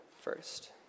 first